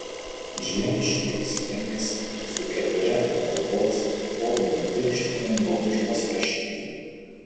žiemiškai apsirengęs su kepure ant galvos su odinėm pirštinėm baudžiuos rašyti